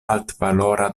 altvalora